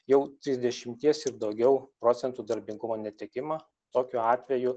jau trisdešimties ir daugiau procentų darbingumo netekimą tokiu atveju